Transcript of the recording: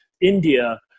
India